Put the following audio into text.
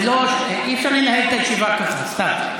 אי-אפשר לנהל את הישיבה כך, סתיו.